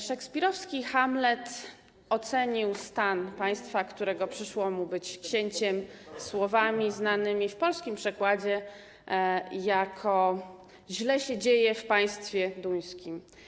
Szekspirowski Hamlet ocenił stan państwa, którego przyszło mu być księciem, słowami, które w polskim przekładzie brzmią: źle się dzieje w państwie duńskim.